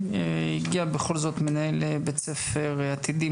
הגיע מנהל בית הספר עתידים,